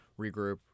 regroup